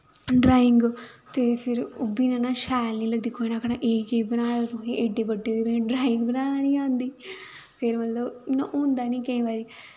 drawing ते फिर ओह् बी निं ना शैल निं लग्गनी दिक्खो इ'नैं आक्खना एह् केह् बनाए दा तुसें एह्ड्डे बड्डे ते तुसें ड्राइंग बनाना निं औंदी फिर मतलन इयां होंदा निं केईं बारी